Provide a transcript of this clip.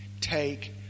take